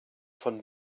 von